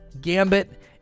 Gambit